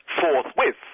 forthwith